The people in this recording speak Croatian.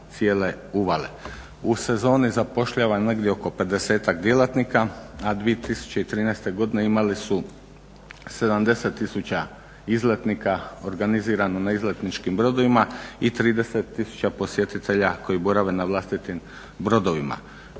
U sezoni zapošljava negdje oko desetak djelatnika a 2013.godine imali su 70 tisuća izletnika, organizirano na izletničkim brodovima i 30 tisuća posjetitelja koji borave na vlastitim brodovima